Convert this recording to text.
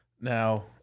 now